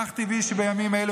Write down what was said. אך טבעי שבימים אלו,